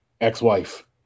ex-wife